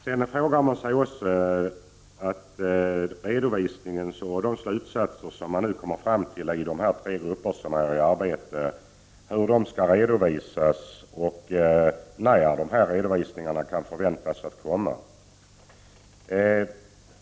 Man frågar sig också hur de slutsatser som arbetsgrupperna kommer fram till skall redovisas och när dessa redovisningar kan förväntas.